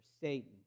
Satan